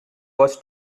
was